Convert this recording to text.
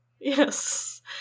yes